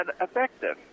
effective